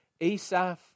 Asaph